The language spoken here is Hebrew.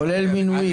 כולל מינויים.